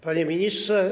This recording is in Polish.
Panie Ministrze!